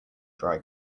dry